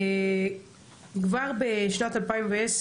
כבר בשנת 2010,